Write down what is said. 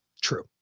True